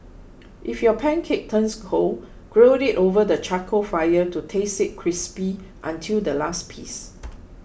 if your pancake turns cold grill it over the charcoal fire to taste it crispy until the last piece